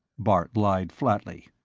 bart lied flatly.